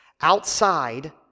outside